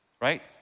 right